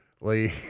lee